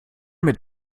mit